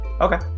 Okay